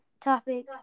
topic